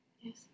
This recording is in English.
Yes